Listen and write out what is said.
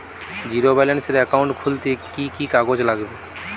Zero ব্যালেন্সের account খুলতে কি কি কাগজ লাগবে?